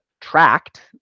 tracked